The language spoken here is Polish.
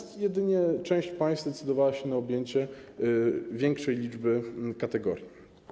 Natomiast jedynie część państw zdecydowała się na objęcie większej liczby kategorii.